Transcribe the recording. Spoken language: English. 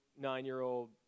nine-year-old